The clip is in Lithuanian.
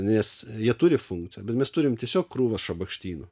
nes jie turi funkciją bet mes turim tiesiog krūvą šabakštynų